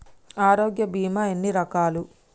ఆరోగ్య బీమా ఎన్ని రకాలు?